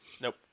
Nope